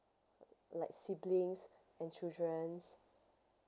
uh like siblings and children